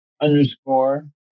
underscore